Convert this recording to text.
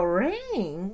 ring